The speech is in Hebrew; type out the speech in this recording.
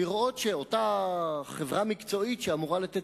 לראות שאותה חברה מקצועית שאמורה לתת